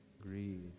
Greed